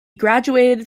graduated